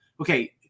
Okay